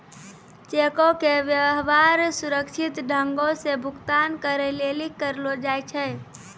चेको के व्यवहार सुरक्षित ढंगो से भुगतान करै लेली करलो जाय छै